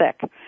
sick